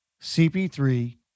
CP3